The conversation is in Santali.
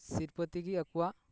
ᱥᱤᱨᱯᱟᱹ ᱛᱮᱜᱮ ᱟᱠᱚᱣᱟᱜ